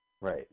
Right